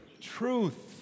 truth